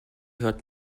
hört